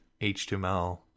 HTML